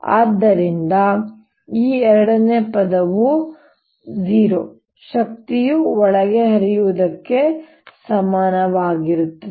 ಆದ್ದರಿಂದ ಈ ಎರಡನೇ ಪದವು 0 ಶಕ್ತಿಯು ಒಳಗೆ ಹರಿಯುವುದಕ್ಕೆ ಸಮಾನವಾಗಿರುತ್ತದೆ